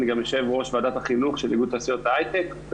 אני גם יו"ר ועדת החינוך של איגוד תעשיות ההייטק,